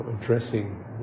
addressing